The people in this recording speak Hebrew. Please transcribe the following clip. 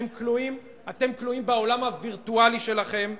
אתם כלואים בעולם הווירטואלי שלכם.